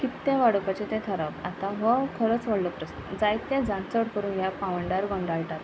कित् तें वाडोवपाचें तें थरप आतां हो खरोच व्हडलो प्रस्न जायत्या जाण चड करून ह्या पावंडार गोंदळटात